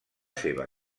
seva